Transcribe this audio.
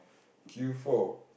queue for